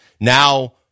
Now